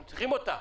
תודה.